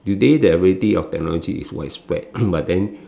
today the availability of technology is widespread but then